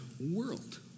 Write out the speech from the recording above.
world